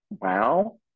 wow